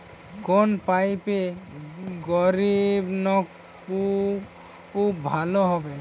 কোন পাইপে গভিরনলকুপ ভালো হবে?